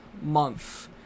month